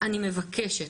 אני מבקשת,